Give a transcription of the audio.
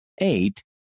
Eight